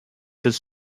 this